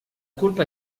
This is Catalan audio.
culpa